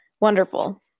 wonderful